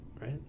right